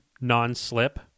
non-slip